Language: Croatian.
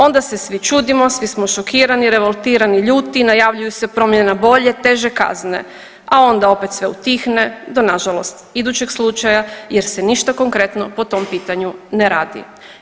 Onda se svi čudimo, svi smo šokirani, revoltirani, ljudi, najavljuju se promjena bolje, teže kazne, a onda opet sve utihne do nažalost idućeg slučaja jer se ništa konkretno po tom pitanju ne radi.